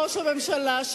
ראש הממשלה,